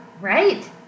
Right